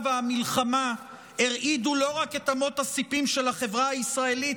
והמלחמה הרעידו לא רק את אמות הסיפים של החברה הישראלית